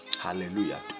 hallelujah